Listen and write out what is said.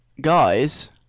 guys